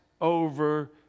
over